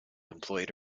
employed